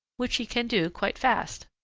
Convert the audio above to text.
which he can do quite fast.